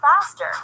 faster